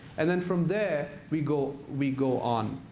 and then from there we go we go on.